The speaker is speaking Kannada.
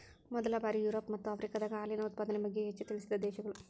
ಮೊದಲ ಬಾರಿ ಯುರೋಪ ಮತ್ತ ಆಫ್ರಿಕಾದಾಗ ಹಾಲಿನ ಉತ್ಪಾದನೆ ಬಗ್ಗೆ ಹೆಚ್ಚ ತಿಳಿಸಿದ ದೇಶಗಳು